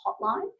hotline